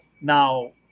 now